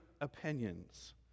opinions